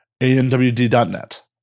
anwd.net